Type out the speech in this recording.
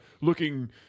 looking